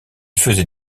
faisait